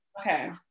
Okay